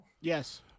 Yes